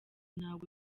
ntabwo